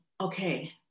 okay